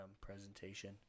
presentation